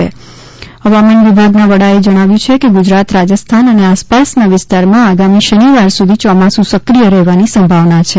દરમિયાન હવામાન વિભાગના વડાએ જણાવ્યું છે ગુજરાત રાજસ્થાન અને આસપાસના વિસ્તારમાં આગામી શનિવાર સુધી ચોમાસુ સક્રિય રહેવાની સંભાવના છે